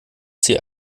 sie